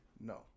No